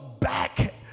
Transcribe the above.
back